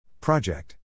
Project